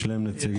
יש להם נציגים?